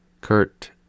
Kurt